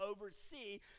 oversee